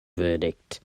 verdict